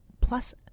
plus